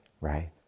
Right